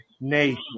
Nation